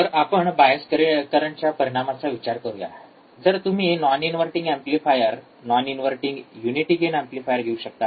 तर आपण बायस करंट्सच्या परिणामाचा विचार करूया जर तुम्ही non inverting amplifier non inverting unity gain amplifier घेऊ शकता